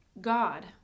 God